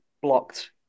blocked